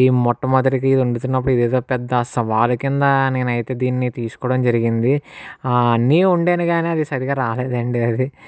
ఈ మొట్టమొదటిది వండుతున్నప్పుడు ఇది ఏదో పెద్ద సవాలు కింద నేను అయితే దీన్ని తీసుకోవడం జరిగింది అన్ని వండాను కానీ అది సరిగా రాలేదు అండి అది